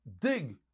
dig